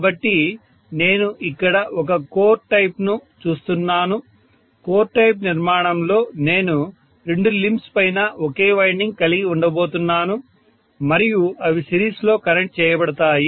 కాబట్టి నేను ఇక్కడ ఒక కోర్ టైప్ ను చూస్తున్నాను కోర్ టైప్ నిర్మాణంలో నేను రెండు లింబ్స్ పైన ఒకే వైండింగ్ కలిగి ఉండబోతున్నాను మరియు అవి సిరీస్లో కనెక్ట్ చేయబడతాయి